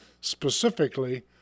specifically